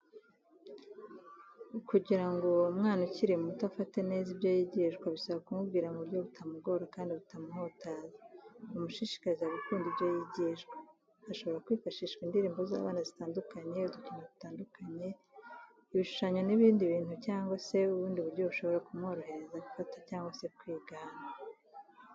Kugirango uwaa ukiri muto afate neza ibyo yigishwa bisaba kumubwira mu buryo butamugora kandi butamuhutaza bumushishikariza gukunda ibyo yigishwa. Hashobora kwifashishwa indirimbo z'abana zitandukanye, udukino dutndukanye, ibishushanyo n'ibindi bintu cyangwa se ubundi buryo bushobora kumworohera gufata cyangwa se kwigana.